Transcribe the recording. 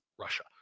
russia